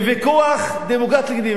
בוויכוח דמוקרטי,